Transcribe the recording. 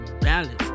balance